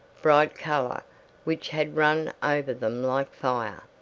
bright color which had run over them like fire.